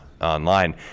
online